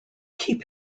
keep